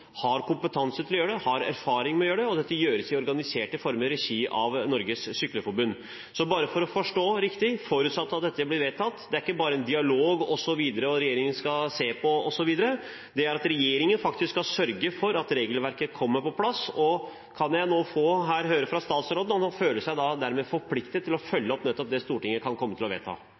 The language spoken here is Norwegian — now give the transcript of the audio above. har kompetanse til å gjøre det og erfaring med å gjøre det, og det gjøres i organiserte former i regi av Norges Cykleforbund. Bare for å forstå det riktig: Forutsatt at dette blir vedtatt, er det ikke bare snakk om en dialog osv., og at regjeringen skal se på, osv., men at regjeringen skal sørge for at regelverket kommer på plass. Kan jeg nå få høre fra statsråden om han dermed føler seg forpliktet til å følge opp det Stortinget kan komme til å vedta?